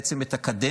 בעצם את הקדנציה